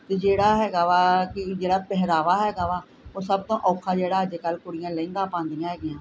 ਅਤੇ ਜਿਹੜਾ ਹੈਗਾ ਵਾ ਕਿ ਜਿਹੜਾ ਪਹਿਰਾਵਾ ਹੈਗਾ ਵਾ ਉਹ ਸਭ ਤੋਂ ਔਖਾ ਜਿਹੜਾ ਅੱਜ ਕੱਲ੍ਹ ਕੁੜੀਆਂ ਲਹਿੰਗਾ ਪਾਉਂਦੀਆਂ ਹੈਗੀਆਂ